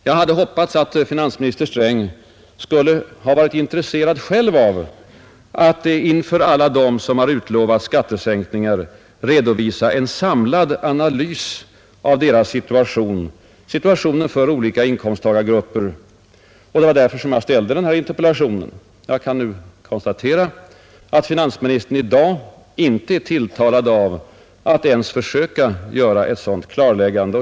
Jag hade hoppats att finansminister Sträng skulle ha varit intresserad av att själv inför alla dem som har utlovats skattesänkningar redovisa en samlad analys av situationen för olika inkomsttagargrupper, och det var därför som jag framställde denna interpellation. Jag kan nu konstatera att finansministern i dag inte är tilltalad av att ens försöka göra ett sådant klarläggande.